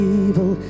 evil